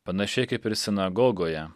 panašiai kaip ir sinagogoje